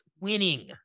winning